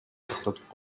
токтотуп